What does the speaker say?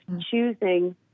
choosing